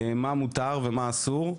מה מותר ומה אסור.